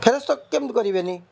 ଫେରସ୍ତ କେମିତି କରିବେନି